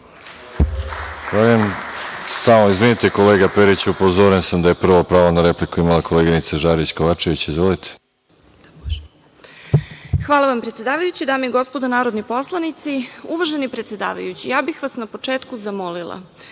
Hvala vam predsedavajući. Dame i gospodo narodni poslanici, uvaženi predsedavajući, ja bih vas na početku zamolila